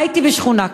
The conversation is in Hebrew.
חייתי בשכונה כזו,